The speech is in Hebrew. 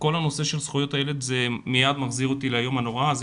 כל הנושא של זכויות הילד מיד מחזיר אותי ליום הנורא הזה,